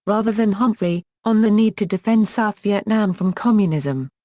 rather than humphrey, on the need to defend south vietnam from communism.